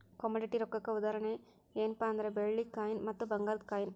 commodity ರೊಕ್ಕಕ್ಕ ಉದಾಹರಣಿ ಯೆನ್ಪಾ ಅಂದ್ರ ಬೆಳ್ಳಿ ಕಾಯಿನ್ ಮತ್ತ ಭಂಗಾರದ್ ಕಾಯಿನ್